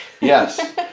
Yes